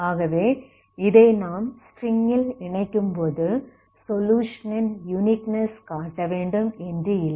ஆகவே இதை நாம் ஸ்ட்ரிங்-ல் இணைக்கும்போது சொலுயுஷன் ன் யுனிக்னெஸ் காட்ட வேண்டும் என்று இல்லை